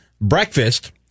Breakfast